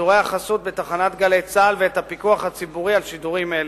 ושידורי החסות בתחנת "גלי צה"ל" ואת הפיקוח הציבורי על שידורים אלה.